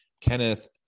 Kenneth